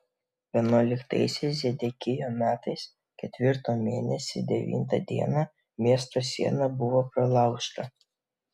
vienuoliktaisiais zedekijo metais ketvirto mėnesio devintą dieną miesto siena buvo pralaužta